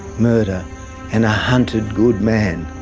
murder and a hunted good man,